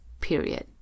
period